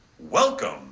Welcome